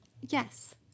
Yes